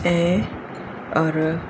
ऐं और